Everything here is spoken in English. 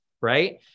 right